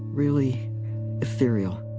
really ethereal